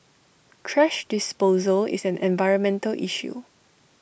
thrash disposal is an environmental issue